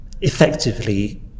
effectively